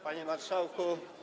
Panie Marszałku!